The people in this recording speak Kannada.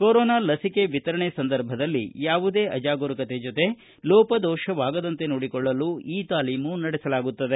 ಕೊರೋನಾ ಲಸಿಕೆ ವಿತರಣೆ ಸಂದರ್ಭದಲ್ಲಿ ಯಾವುದೇ ಅಜಾಗರೂಕತೆ ಜೊತೆಗೆ ಲೋಪದೋಪವಾಗದಂತೆ ನೋಡಿಕೊಳ್ಳಲು ಈ ತಾಲೀಮು ನಡೆಸಲಾಗುತ್ತದೆ